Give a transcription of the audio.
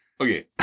okay